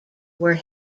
were